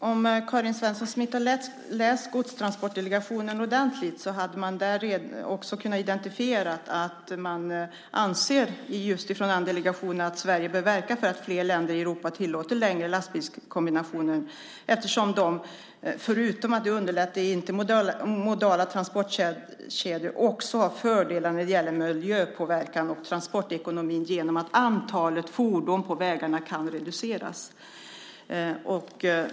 Om Karin Svensson Smith hade läst Godstransportsdelegationens betänkande ordentligt hade hon sett att delegationen anser att Sverige bör verka för att fler länder i Europa tillåter längre lastbilskombinationer efter som de, förutom att de underlättar de intermodala transportkedjorna, också har fördelar när det gäller miljöpåverkan och transportekonomi genom att antalet fordon på vägarna kan reduceras.